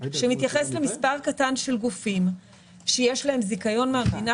שמתייחס למספר קטן של גופים שיש להם זיכיון מהמדינה